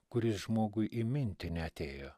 kuris žmogui į mintį neatėjo